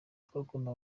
tugomba